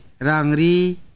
Rangri